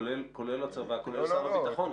כולל הצבא וכולל שר הביטחון,